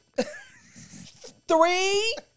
Three